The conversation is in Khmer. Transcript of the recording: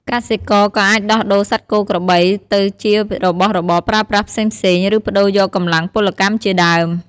កសិករក៏អាចដោះដូរសត្វគោក្របីទៅជារបស់របរប្រើប្រាស់ផ្សេងៗ ឬប្ដូរយកកម្លាំងពលកម្មជាដើម។